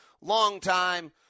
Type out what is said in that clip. long-time